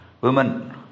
women